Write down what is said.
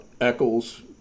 Eccles